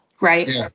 right